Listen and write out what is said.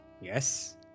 Yes